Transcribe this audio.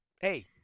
hey